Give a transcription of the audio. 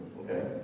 okay